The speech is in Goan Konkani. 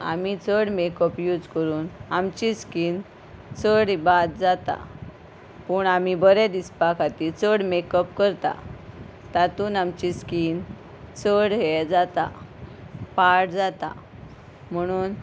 आमी चड मेकअप यूज करून आमची स्कीन चड बाद जाता पूण आमी बरें दिसपा खातीर चड मेकअप करता तातूंत आमची स्कीन चड हे जाता पाड जाता म्हणून